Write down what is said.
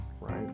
right